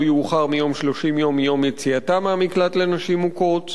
יאוחר מ-30 יום מיום יציאתה מהמקלט לנשים מוכות,